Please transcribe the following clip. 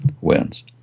wins